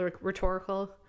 rhetorical